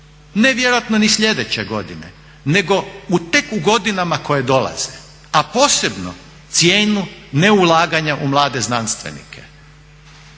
ne vjerojatno ni sljedeće godine, nego tek u godinama koje dolaze a posebno cijenu neulaganja u mlade znanstvenike